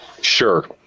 Sure